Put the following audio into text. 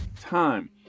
time